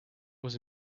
was